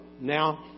Now